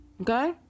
okay